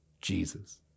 Jesus